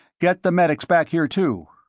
get the medics back here, too.